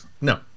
No